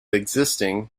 existing